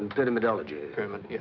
pyramidology. pyramid. yes,